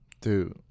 Dude